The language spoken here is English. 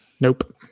nope